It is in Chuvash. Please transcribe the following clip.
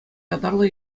ятарлӑ